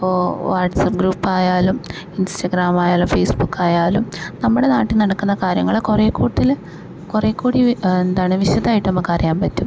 അപ്പോൾ വാട്സപ് ഗ്രൂപ്പായാലും ഇൻസ്റ്റഗ്രാമയാലും ഫേയ്സ്ബുക്കായാലും നമ്മുടെ നാട്ടിൽ നടക്കുന്ന കാര്യങ്ങള് കുറെ കൂടുതൽ കുറെ കൂടി എന്താണ് വിശദമായിട്ട് നമുക്ക് അറിയാൻ പറ്റും